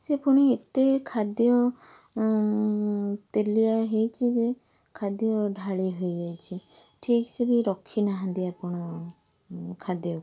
ସେ ପୁଣି ଏତେ ଖାଦ୍ୟ ତେଲିଆ ହେଇଛି ଯେ ଖାଦ୍ୟ ଢାଳି ହେଇଯାଇଛି ଠିକ୍ ସେ ବି ରଖିନାହାଁନ୍ତି ଆପଣ ଖାଦ୍ୟକୁ